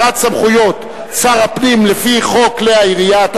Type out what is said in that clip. בדבר העברת סמכויות שר הפנים לפי חוק כלי הירייה,